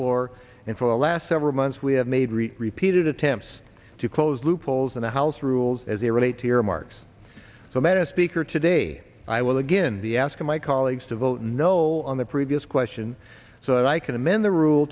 floor and for the last several months we have made repeated attempts to close loopholes in the house rules as they relate to earmarks so met a speaker today i will begin the ask my colleagues to vote no on the previous question so i can amend the rule